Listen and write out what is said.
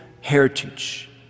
heritage